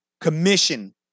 commission